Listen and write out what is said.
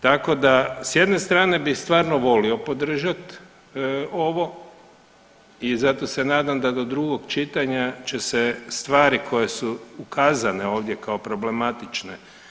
Tako da s jedne strane bi stvarno volio podržat ovo i zato se nadam da do drugom čitanja će se stvari koje su ukazane ovdje kao problematične.